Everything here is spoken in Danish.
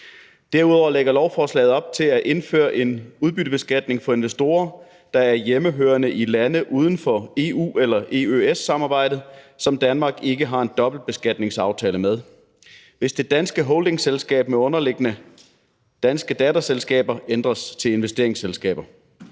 Derudover lægger lovforslaget op til at indføre en udbyttebeskatning for investorer, der er hjemmehørende i lande uden for EU eller EØS-samarbejdet, som Danmark ikke har en dobbeltbeskatningsaftale med, hvis det danske holdingselskab med underliggende danske datterselskaber ændres til investeringsselskaber.